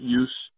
use